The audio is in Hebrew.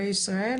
מזכ"ל.